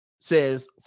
says